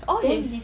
all his